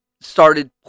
started